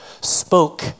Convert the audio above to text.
spoke